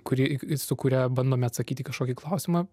kuri su kuria bandome atsakyti į kažkokį klausimą